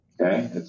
Okay